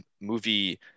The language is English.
movie